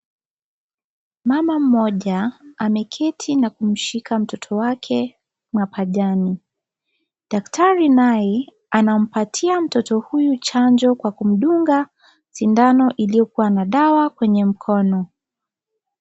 Mama mmoja ameketi na kumshika mtoto wake mapajani, daktari naye anampatia mtoto huyu chanjo kwa kumdunga sindano iliyokuwa na dawa kwenye mkono.